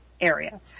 Area